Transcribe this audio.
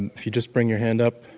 and if you just bring your hand up,